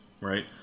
right